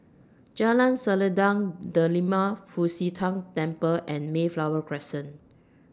Jalan Selendang Delima Fu Xi Tang Temple and Mayflower Crescent